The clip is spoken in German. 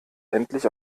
endlich